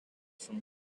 from